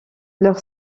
leur